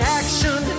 action